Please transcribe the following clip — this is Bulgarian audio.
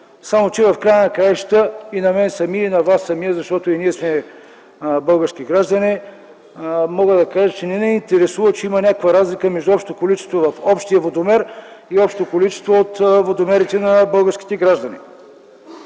Само че в края на краищата и мен самия, и вас, защото и ние сме български граждани, мога да кажа, че не ни интересува наличието на разлика между общото количество в общия водомер и общото количество от водомерите на българските граждани.